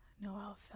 Noel